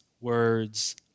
words